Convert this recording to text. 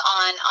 on